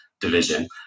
division